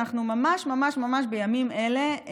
אנחנו ממש ממש ממש בימים אלה,